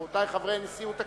רבותי חברי נשיאות הכנסת,